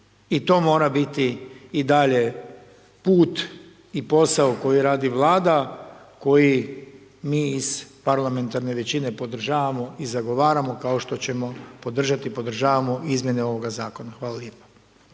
I to mora biti i dalje put i posao koji radi Vlada koji mi iz parlamentarne većine podržavamo i zagovaramo kao što ćemo podržati i podržavamo Izmjene ovoga zakona. Hvala lijepo.